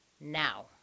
now